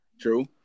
True